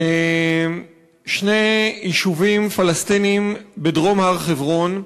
שני יישובים פלסטיניים בדרום הר-חברון.